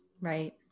Right